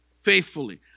faithfully